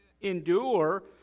endure